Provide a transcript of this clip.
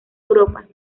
europa